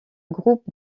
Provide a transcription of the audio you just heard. groupe